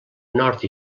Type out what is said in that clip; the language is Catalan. nord